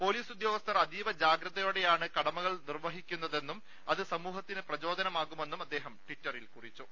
police ഉദ്യോഗസ്ഥർ അതീവ ജാഗ്രതയോടെയാണ് കടമ കൾ നിർവഹിക്കുന്നതെന്നും അത് സമൂഹത്തിന് പ്രചോദനമാ കുമെന്നും അദ്ദേഹം ട്വിറ്ററിൽ കുറിച്ചു